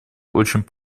очень